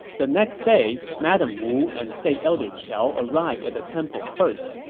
the next day, madame wu and state elder qiao arrived at the temple first,